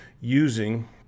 using